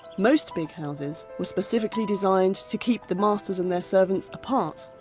most big houses were specifically designed to keep the masters and their servants apart.